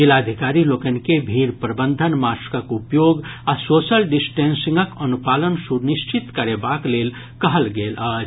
जिलाधिकारी लोकनि के भीड़ प्रबंधन मास्कक उपयोग आ सोशल डिस्टेंसिंगक अनुपालन सुनिश्चित करेबाक लेल कहल गेल अछि